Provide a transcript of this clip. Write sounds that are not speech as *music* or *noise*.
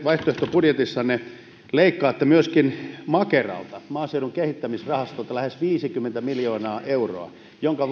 *unintelligible* vaihtoehtobudjetissanne leikkaatte myöskin makeralta maaseudun kehittämisrahastolta lähes viisikymmentä miljoonaa euroa minkä *unintelligible*